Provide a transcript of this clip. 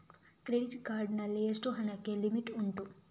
Credit card ನಲ್ಲಿ ಎಷ್ಟು ಹಣಕ್ಕೆ ಲಿಮಿಟ್ ಉಂಟು?